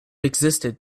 existed